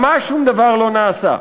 ממש שום דבר לא נעשה.